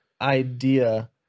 idea